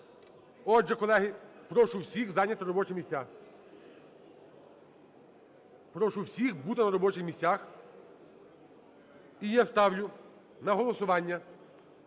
Отже, колеги, прошу всіх зайняти робочі місця. Прошу всіх бути на робочих місцях. І я ставлю на голосування